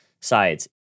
sides